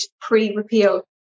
pre-repeal